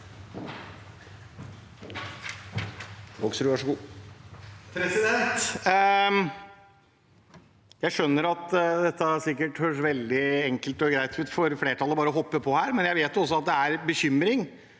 Hoksrud (FrP) Jeg skjønner at det- te sikkert høres veldig enkelt og greit ut for flertallet bare å hoppe på, men jeg vet også at det er bekymring